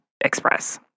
express